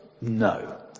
No